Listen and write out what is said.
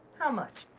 how much?